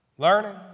Learning